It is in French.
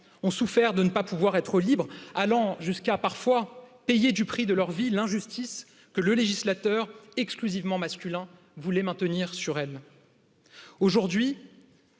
ont souffert de ne pas pouvoir être libres, allant jusqu'à parfois payer du prix de leur vie l'injustice que le législateur exclusivement masculin voulait maintenir sur ma aujourd'hui.